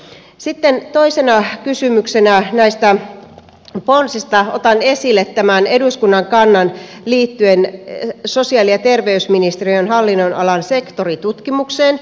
sitten toisena kysymyksenä näistä ponsista otan esille tämän eduskunnan kannan liittyen sosiaali ja terveysministeriön hallinnonalan sektoritutkimukseen